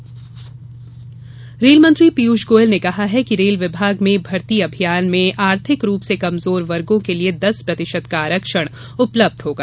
रेलमंत्री गोयल रेलमंत्री पीयूष गोयल ने कहा है कि रेल विभाग में भर्ती अभियान में आर्थिक रूप से कमजोर वर्गों के लिए दस प्रतिशत का आरक्षण उपलब्ध होगा